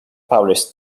published